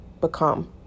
become